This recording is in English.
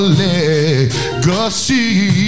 legacy